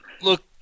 Look